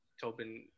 Tobin